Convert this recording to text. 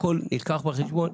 הכול יילקח בחשבון.